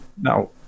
Now